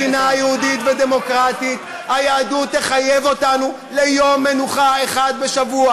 וכמדינה יהודית ודמוקרטית היהדות תחייב אותנו ליום מנוחה אחד בשבוע,